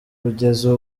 kugeza